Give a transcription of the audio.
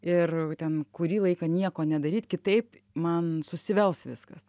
ir ten kurį laiką nieko nedaryti kitaip man susivels viskas